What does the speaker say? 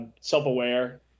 self-aware